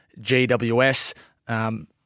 GWS